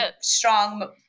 strong